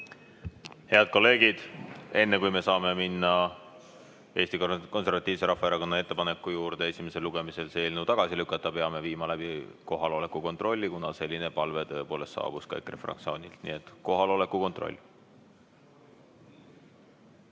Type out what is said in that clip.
Head kolleegid, enne kui me saame minna Eesti Konservatiivse Rahvaerakonna ettepaneku juurde esimesel lugemisel see eelnõu tagasi lükata, peame viima läbi kohaloleku kontrolli, kuna selline palve tõepoolest saabus ka EKRE fraktsioonilt. Nii et kohaloleku kontroll.